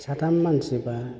साथाम मानसिबा